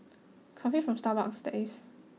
coffee from Starbucks that is